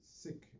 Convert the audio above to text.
sick